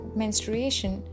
menstruation